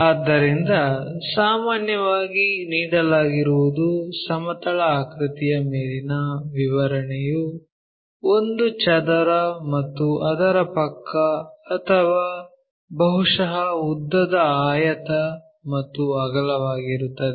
ಆದ್ದರಿಂದ ಸಾಮಾನ್ಯವಾಗಿ ನೀಡಲಾಗಿರುವುದು ಸಮತಲ ಆಕೃತಿಯ ಮೇಲಿನ ವಿವರಣೆಯು ಒಂದು ಚದರ ಮತ್ತು ಅದರ ಪಕ್ಕದ ಅಥವಾ ಬಹುಶಃ ಉದ್ದದ ಆಯತ ಮತ್ತು ಅಗಲವಾಗಿರುತ್ತದೆ